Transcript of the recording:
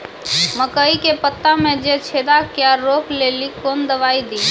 मकई के पता मे जे छेदा क्या रोक ले ली कौन दवाई दी?